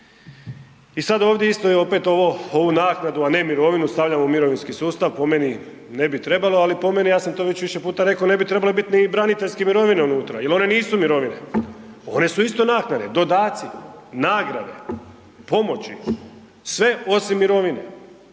I sad ovdje isto opet ovo, ovu naknadu, a ne mirovinu stavljamo u mirovinski sustav. Po meni ne bi trebalo, ali po meni, ja sam to već više puta rekao, ne bi trebale bit ni braniteljske mirovine unutra jel one nisu mirovine. One su isto naknade, dodaci, nagrade, pomoći, sve osim mirovine